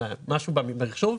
או משהו במחשוב,